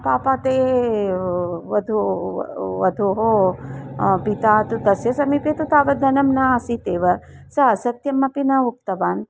पापा ते वधू वध्वाः पिता तु तस्य समीपे तु तावत् धनं न आसीत् एव सा सत्यमपि न उक्तवान्